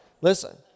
Listen